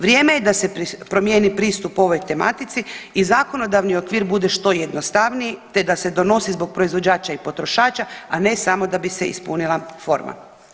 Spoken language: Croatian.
Vrijeme je da se promijeni pristup ovoj tematici i zakonodavni okvir bude što jednostavniji, te da se donosi zbog proizvođača i potrošača, a ne samo da bi se ispunila forma.